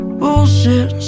bullshit